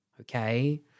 okay